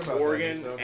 Oregon